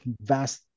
vast